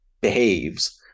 behaves